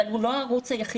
אבל הוא לא הערוץ היחידי.